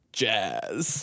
jazz